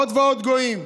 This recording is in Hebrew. עוד ועוד גויים.